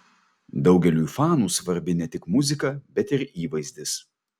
daugeliui fanų svarbi ne tik muzika bet ir įvaizdis